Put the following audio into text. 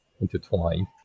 intertwined